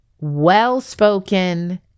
well-spoken